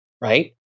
right